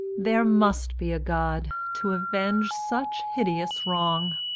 there must be a god to avenge such hideous wrong.